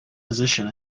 position